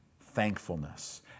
Thankfulness